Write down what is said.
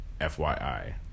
FYI